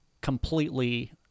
completely